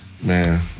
Man